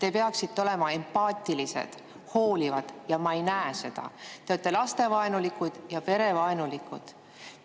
te peaksite olema empaatilised ja hoolivad, aga ma ei näe seda. Te olete lastevaenulikud ja perevaenulikud.